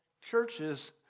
churches